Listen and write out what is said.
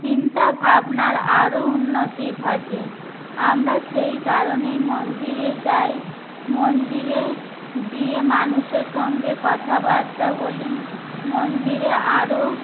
চিন্তা ভাবনার আরো উন্নতি ঘটে আমরা সেই কারণেই মন্দিরে যাই মন্দিরে গিয়ে মানুষের সঙ্গে কথাবার্তা বলি মন্দিরে আরো